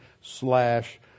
slash